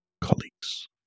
colleagues